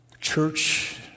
Church